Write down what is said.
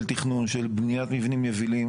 של תכנון, של בניית מבנים יבילים